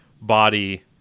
body